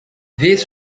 this